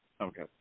Okay